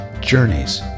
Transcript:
journeys